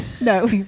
no